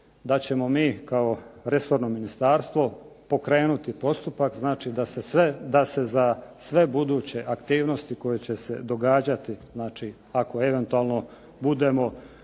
da ćemo mi kao resorno ministarstvo pokrenuti postupak da se za sve buduće aktivnosti koje će se događati ako eventualno budemo